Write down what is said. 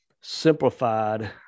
simplified